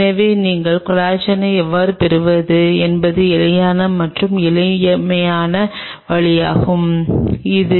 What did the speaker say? எனவே நீங்கள் கொலாஜனை எவ்வாறு பெறுவது என்பது எளிதான மற்றும் எளிமையான வழியாகும்